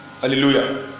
Hallelujah